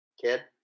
Kid